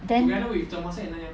then